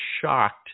shocked